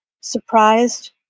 surprised